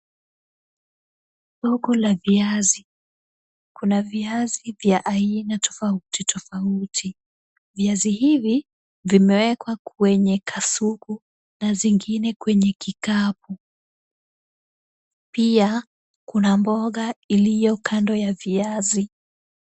Soko la viazi. Kuna viazi vya aina tofauti tofauti. Viazi hivi, vimewekwa kwenye "kasuku" na zingine kwenye kikapu. Pia kuna mboga iliyo kando ya viazi.